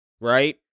right